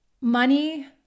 Money